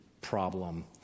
problem